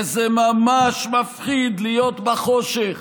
וזה ממש מפחיד להיות בחושך,